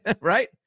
right